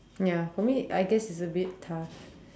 ya for me I guess it's a bit tough